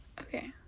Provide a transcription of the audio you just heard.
Okay